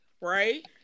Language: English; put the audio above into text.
Right